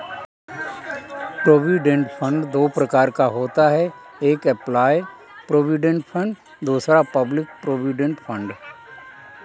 provident fund दो प्रकार का होता है एक एंप्लॉय प्रोविडेंट फंड दूसरा पब्लिक प्रोविडेंट फंड